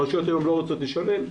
הרשויות היום לא רוצות לשלם.